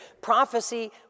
Prophecy